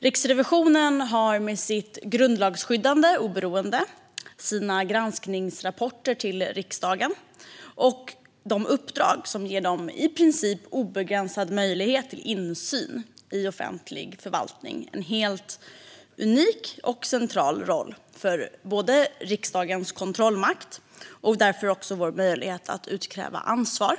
Riksrevisionen har med sitt grundlagsskyddade oberoende, med sina granskningsrapporter till riksdagen och med de uppdrag som ger dem i princip obegränsad möjlighet till insyn i offentlig förvaltning en helt unik och central roll för riksdagens kontrollmakt och därför också för vår möjlighet att utkräva ansvar.